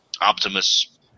Optimus